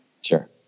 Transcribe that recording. Sure